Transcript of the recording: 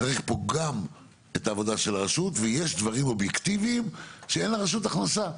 צריך גם את העבודה של הרשות ויש דברים אובייקטיבים שאין לרשות הכנסות,